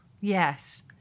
yes